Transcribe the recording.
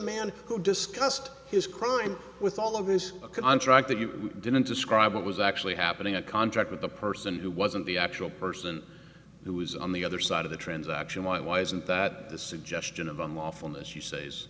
man who discussed his crime with all of this a contract that you didn't describe what was actually happening a contract with the person who wasn't the actual person who was on the other side of the transaction why why isn't that the suggestion of unlawfulness you say